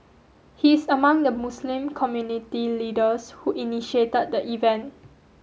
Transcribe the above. he is among the Muslim community leaders who initiated the event